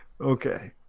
Okay